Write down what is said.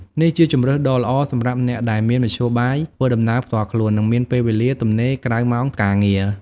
នេះជាជម្រើសដ៏ល្អសម្រាប់អ្នកដែលមានមធ្យោបាយធ្វើដំណើរផ្ទាល់ខ្លួន និងមានពេលវេលាទំនេរក្រៅម៉ោងការងារ។